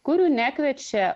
kurių nekviečia